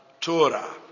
Torah